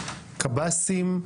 שקב"סים,